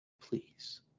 Please